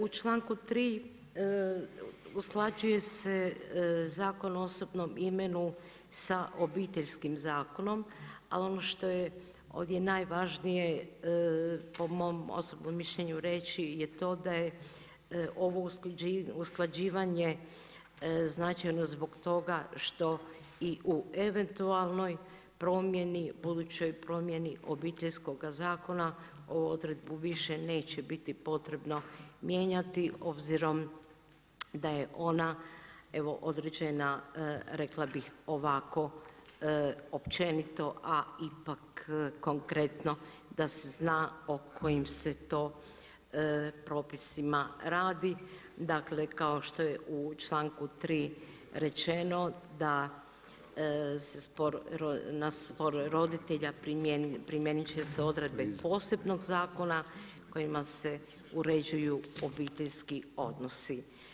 U članku 3. usklađuje se Zakon o osobnom o imenu sa Obiteljskim zakonom ali što je ovdje najvažnije po mom osobnom mišljenju reći je to da je ovo usklađivanje značajno zbog toga što i u eventualnoj primjeni, budućoj promjeni Obiteljskoga zakona ovu odredbu više neće biti potrebno mijenjati obzirom da je ona evo određena rekla bih ovako općenito a ipak konkretno da se zna o kojim se to propisima radi, dakle kao što u članku 3. rečeno da se na spor roditelja primijenit će se odredbe posebnog zakona kojima se uređuju obiteljski odnosi.